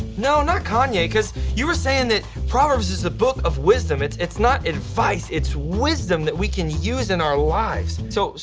no, not kanye cause you were sayin that proverbs is a book of wisdom. it's it's not advice, it's wisdom that we can use in our lives. so,